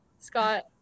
scott